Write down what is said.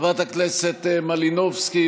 חברת הכנסת מלינובסקי,